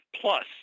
plus